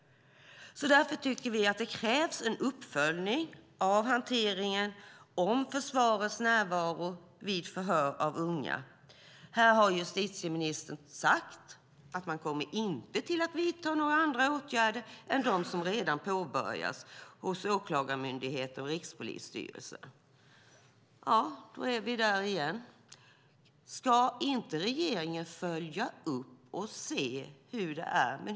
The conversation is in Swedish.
Därför tycker vi att det krävs en uppföljning av hanteringen om försvarets närvaro vid förhör av unga. Här har justitieministern sagt att man inte kommer att vidta några andra åtgärder än de som redan påbörjats hos åklagarmyndighet och rikspolisstyrelse. Då är vi där igen. Ska inte regeringen följa upp och se hur det är?